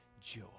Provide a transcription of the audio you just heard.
joy